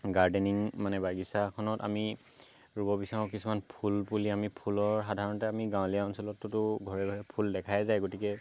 gardening মানে বাগিচাখনত আমি ৰুব বিচাৰোঁ কিছুমান ফুলপুলি আমি ফুলৰ সাধাৰণতে আমি গাঁৱলীয়া অঞ্চলতটোতো ঘৰে ঘৰে ফুল দেখাই যায় গতিকে